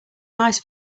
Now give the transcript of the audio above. nice